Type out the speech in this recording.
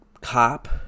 cop